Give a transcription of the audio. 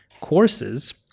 courses